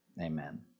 Amen